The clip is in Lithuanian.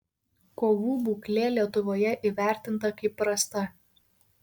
kovų būklė lietuvoje įvertinta kaip prasta